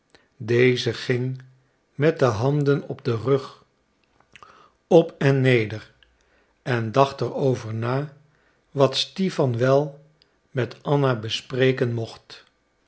deze ging met de handen op den rug op en neder en dacht er over na wat stipan wel met anna bespreken mocht